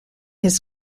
his